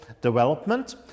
development